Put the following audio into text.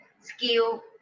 skill